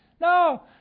No